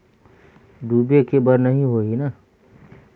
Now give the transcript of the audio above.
डूबे के बर नहीं होही न?